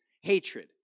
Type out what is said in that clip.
hatred